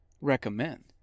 recommend